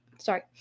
Sorry